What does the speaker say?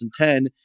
2010